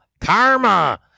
Karma